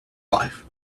wife